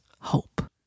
hope